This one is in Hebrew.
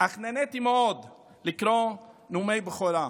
אך נהניתי מאוד לקרוא נאומי בכורה,